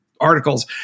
articles